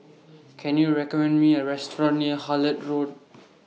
Can YOU recommend Me A Restaurant near Hullet Road